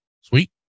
sweet